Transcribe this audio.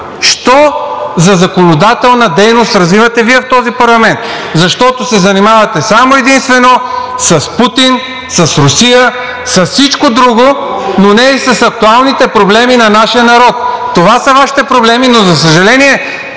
що за законодателна дейност развивате Вие в този парламент, защото се занимавате само и единствено с Путин, с Русия, с всичко друго, но не и с актуалните проблеми на нашия народ. Това са Вашите проблеми, но за съжаление,